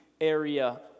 area